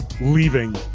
leaving